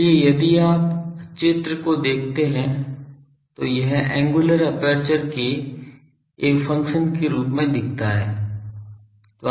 इसलिए यदि आप चित्र को देखते हैं तो यह एंगुलर एपर्चर के एक फ़ंक्शन के रूप में दिखता है